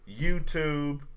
YouTube